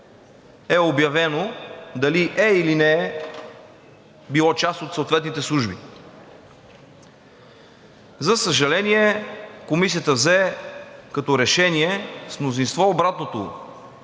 е обявено дали е, или не е било част от съответните служби. За съжаление, Комисията взе като решение с мнозинство обратното